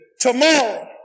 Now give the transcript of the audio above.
Tomorrow